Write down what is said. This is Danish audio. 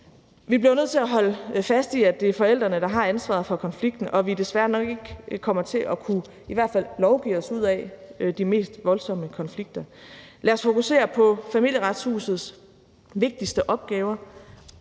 Vi bliver jo nødt til at holde fast i, at det er forældrene, der har ansvaret for konflikten, og at vi desværre nok ikke kommer til at kunne i hvert fald lovgive os ud af de mest voldsomme konflikter. Lad os fokusere på Familieretshusets vigtigste opgaver: